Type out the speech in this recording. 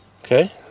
Okay